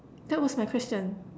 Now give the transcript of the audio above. that was my question